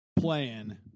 playing